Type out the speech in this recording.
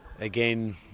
again